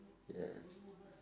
ya